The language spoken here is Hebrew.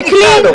לא.